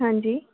ਹਾਂਜੀ